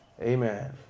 Amen